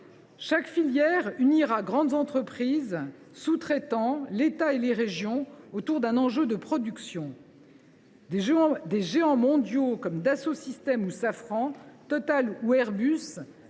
Chaque filière unira grandes entreprises, sous traitants, État et régions autour d’un enjeu de production. Des géants mondiaux, comme Dassault Systèmes ou Safran, TotalEnergies ou Airbus,